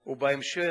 ובהמשך